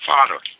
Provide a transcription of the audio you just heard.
Father